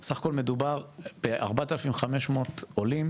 סך הכול מדובר ב-4,500 עולים.